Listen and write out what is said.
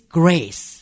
grace